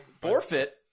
forfeit